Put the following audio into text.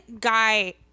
guy